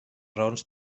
raons